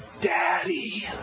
Daddy